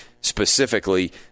specifically